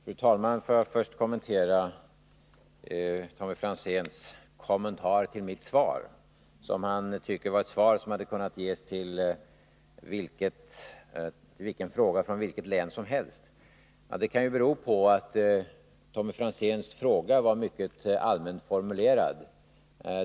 Fru talman! Får jag först kommentera Tommy Franzéns kommentar till mitt svar, som han tycker var ett svar som hade kunnat ges till vem som helst från vilket län som helst. Det kan ju bero på att Tommy Franzéns fråga var mycket allmänt formulerad.